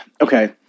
Okay